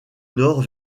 nord